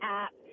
app